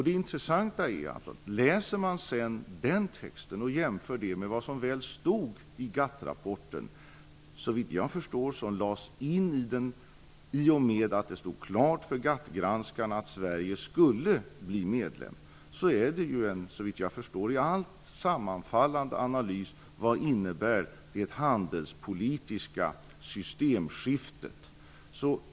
Det intressanta är att om man läser den texten och jämför den med vad som sedan stod i GATT rapporten - såvitt jag förstår lades detta in i den i och med att det stod klart för GATT-granskarna att Sverige skulle bli medlem - är det en i allt sammanfallande analys av vad det handelspolitiska systemskiftet innebar.